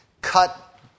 cut